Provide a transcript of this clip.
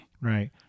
Right